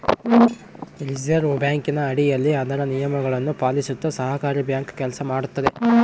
reserve ಬ್ಯಾಂಕಿನ ಅಡಿಯಲ್ಲಿ ಅದರ ನಿಯಮಗಳನ್ನು ಪಾಲಿಸುತ್ತ ಸಹಕಾರಿ ಬ್ಯಾಂಕ್ ಕೆಲಸ ಮಾಡುತ್ತದೆ